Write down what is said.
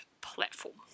platform